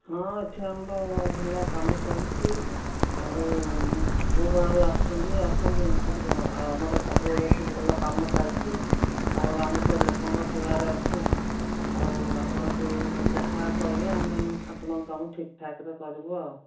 ହଁ ଏଠି ଆମର ଭଲ କାମ ଚାଲିଛି ଆଉ କେଉଁ ଗାଁରୁ ଆସୁଛନ୍ତି ଆସନ୍ତୁ ଶୀଘ୍ର ଆଉ ଆମର ସବୁବେଳେ ଏଠି ଭଲ କାମ ଚାଲିଛି ଆଉ ଆମେ ତ ଲୋକଙ୍କ ସେବାରେ ଅଛୁ ଆଉ ଆପଣ ଯେଉଁ ଯାହା କହିବେ ଆମେ ଆପଣଙ୍କ କାମ ଠିକ୍ଠାକ୍ରେ କରିବୁ ଆଉ